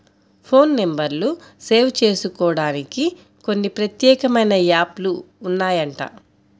phone నెంబర్లు save జేసుకోడానికి కొన్ని ప్రత్యేకమైన యాప్ లు ఉన్నాయంట